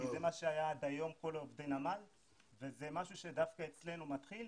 כי זה מה שהיה עד היום לכל עובדי הנמל וזה משהו שדווקא אצלנו מתחיל